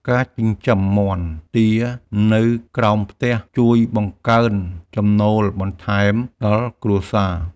ការចិញ្ចឹមមាន់ទានៅក្រោមផ្ទះ ជួយបង្កើនចំណូលបន្ថែមដល់គ្រួសារ។